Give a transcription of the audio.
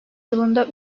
yılında